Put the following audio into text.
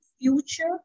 future